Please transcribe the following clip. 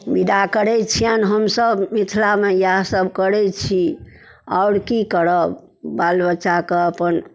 विदा करै छिअनि हमसभ मिथिलामे इएहसब करै छी आओर कि करब बाल बच्चाके अपन